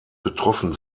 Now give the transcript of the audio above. betroffen